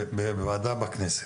בוועדה בכנסת.